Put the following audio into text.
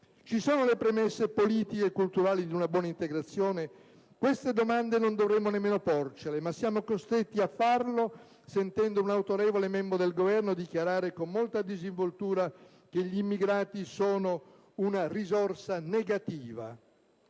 Ci sono le premesse politiche e culturali di una buona integrazione? Queste domande non dovremmo nemmeno porcele, ma siamo costretti a farlo sentendo un autorevole membro del Governo dichiarare con molta disinvoltura che «gli immigrati sono una risorsa negativa».